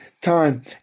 time